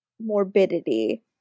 morbidity